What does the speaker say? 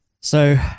So-